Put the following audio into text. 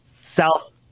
South